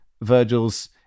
Virgil's